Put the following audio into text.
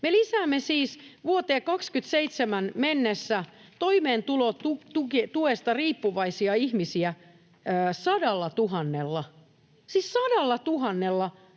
Me lisäämme siis vuoteen 27 mennessä toimeentulotuesta riippuvaisia ihmisiä 100 000:lla, siis 100 000:lla.